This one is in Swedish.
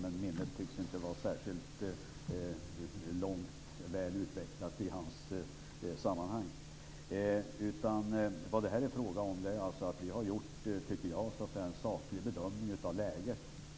Men hans minne tycks inte vara särskilt väl utvecklat. Vad det här är fråga om är att vi har gjort en saklig bedömning av läget.